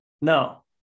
No